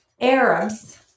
Arabs